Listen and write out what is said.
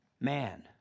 man